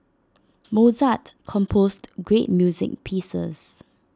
Mozart composed great music pieces